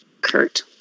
Kurt